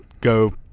go